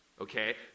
Okay